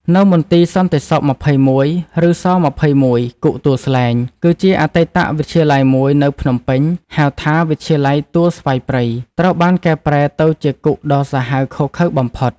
នៅមន្ទីរសន្តិសុខ ២១ (ឬស-២១) គុកទួលស្លែង គឺជាអតីតវិទ្យាល័យមួយនៅភ្នំពេញ ហៅថា វិទ្យាល័យទួលស្វាយព្រៃ ត្រូវបានកែប្រែទៅជាគុកដ៏សាហាវឃោរឃៅបំផុត។